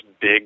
big